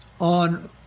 on